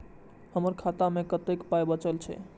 हमर खाता मे कतैक पाय बचल छै